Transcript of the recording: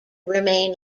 remain